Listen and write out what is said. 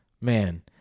Man